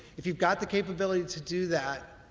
if you've got the capability to do that,